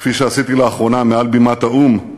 כפי שעשיתי לאחרונה מעל בימת האו"ם.